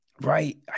Right